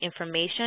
information